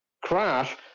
crash